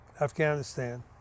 Afghanistan